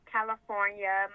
California